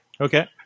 Okay